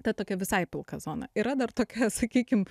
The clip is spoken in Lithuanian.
ta tokia visai pilka zona yra dar tokia sakykim